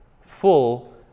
full